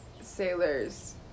sailors